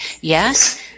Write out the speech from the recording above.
yes